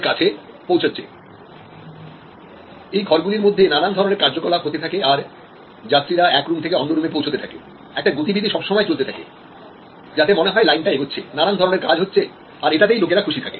এই ঘর গুলোর মধ্যে নানান ধরনের কার্যকলাপ হতে থাকে আর যাত্রীরা এক রুম থেকে অন্য রুমে পৌঁছতে থাকে একটা গতিবিধি সবসময় চলতে থাকে যাতে মনে হয় লাইনটা এগোচ্ছে নানান ধরনের কাজ হচ্ছে আর এটাতেই লোকেরা খুশি থাকে